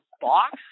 box